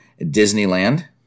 Disneyland